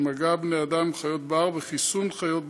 מגע של בני אדם בחיות בר וחיסון חיות בית.